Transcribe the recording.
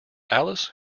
alice